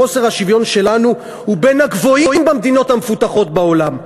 חוסר השוויון שלנו הוא בין הגבוהים במדינות המפותחות בעולם,